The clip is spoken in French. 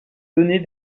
donner